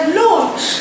launch